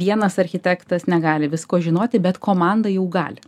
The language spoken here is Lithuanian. vienas architektas negali visko žinoti bet komanda jau gali